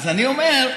אז אני אומר.